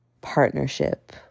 partnership